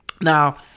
Now